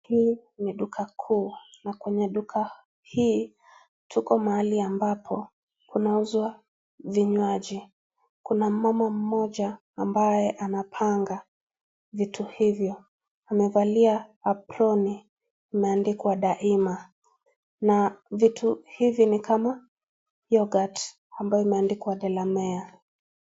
Hii ni duka kuu na kwenye duka hii tuko mahali ambapo kunauzwa vinywaji. Kuna mama mmoja ambaye anapanga vitu hivyo. Amevalia abroni imeandikwa " Daima" na vitu hivi ni kama yoghurt ambayo imeandikwa "Delamere"